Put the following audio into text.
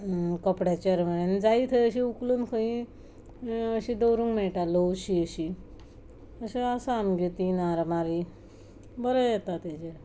कपड्याच्या आरमारीन जायी थंय अशी उखलून खंयी अशी दवरूंक मेळटा ल्हवूशी अशी अशें आसा आमगेर तीन आरमारी बऱ्यो येता तेजें